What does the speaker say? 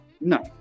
No